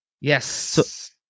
Yes